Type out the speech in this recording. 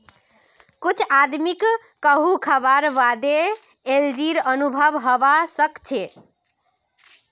कुछ आदमीक कद्दू खावार बादे एलर्जी अनुभव हवा सक छे